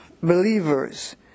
believers